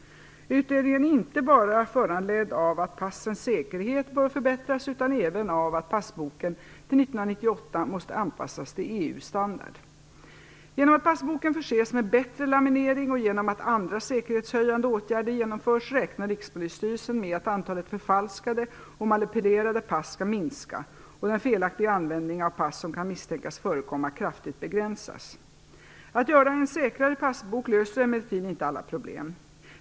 Utredningen är inte bara föranledd av att passens säkerhet bör förbättras utan även av att passboken till 1998 måste anpassas till EU-standard. Genom att passboken förses med bättre laminering och genom att andra säkerhetshöjande åtgärder genomförs räknar Rikspolisstyrelsen med att antalet förfalskade och manipulerade pass skall minska och den felaktiga användningen av pass som kan misstänkas förekomma kraftigt begränsas. Att göra en säkrare passbok löser emellertid inte alla problem.